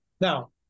Now